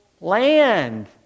land